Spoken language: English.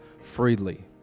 freely